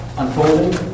unfolding